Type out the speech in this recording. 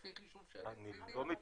לפי החישוב שאני עשיתי,